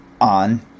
on